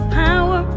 power